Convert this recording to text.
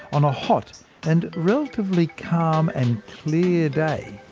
on a hot and relatively calm and clear day,